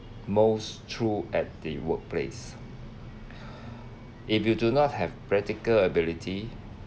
most true at the work place if you do not have practical ability